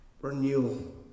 renewal